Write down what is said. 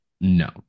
No